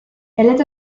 eletto